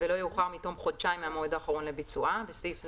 ולא יאוחר מתום חודשיים מהמועד האחרון לביצועה (בסעיף זה,